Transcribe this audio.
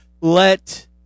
let